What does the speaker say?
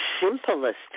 simplest